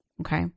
Okay